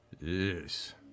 Yes